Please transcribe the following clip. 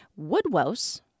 Woodwose